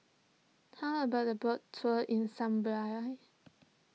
how about a boat tour in Zambia